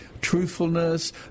truthfulness